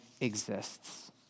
exists